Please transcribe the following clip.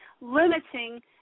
limiting